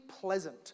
pleasant